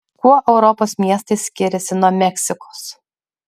kuo europos miestai skiriasi nuo meksikos